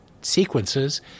sequences